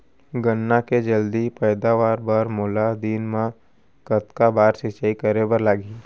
गन्ना के जलदी पैदावार बर, मोला दिन मा कतका बार सिंचाई करे बर लागही?